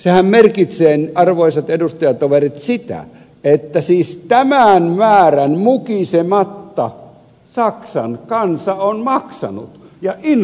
sehän merkitsee arvoisat edustajatoverit sitä että siis tämän määrän mukisematta saksan kansa on maksanut ja infra on valmiina